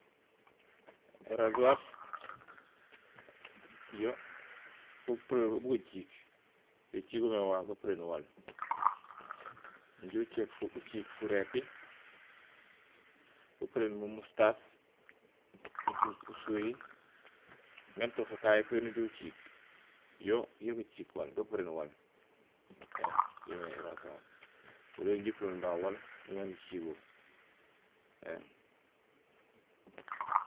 Ėraajhuwar yo gupuréén yo bu gaceek. Geceek goomé wa gapureen waal. Nujuhé uceek furépi upureen mu mustaas nuceek usuwéhi méém ton fukahi nujuhé uceek. Yo ya gaceek gapureen waal. Ėém yoomé éraajhuwar. Oli yon ja épuréén noli waal nuŋayo nu ceego éém